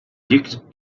xics